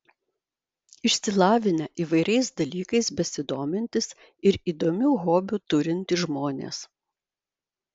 išsilavinę įvairiais dalykais besidomintys ir įdomių hobių turintys žmonės